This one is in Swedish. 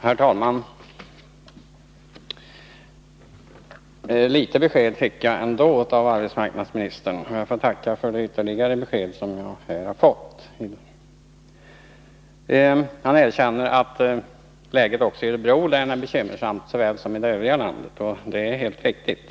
Herr talman! Litet besked fick jag ändå av arbetsmarknadsministern, och jag får tacka för det ytterligare besked som jag har fått. Han erkänner att läget också i Örebro län är lika bekymmersamt som i den övriga delen av Nr 80 landet, och det är helt riktigt.